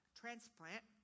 transplant